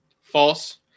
False